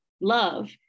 love